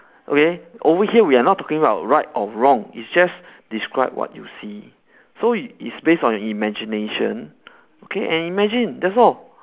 okay over here we are not talking about right or wrong it's just describe what you see so i~ it's based on your imagination okay and imagine that's all